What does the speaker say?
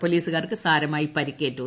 പോലീസുകാർക്ക് സാരമായി പരിക്കേറ്റു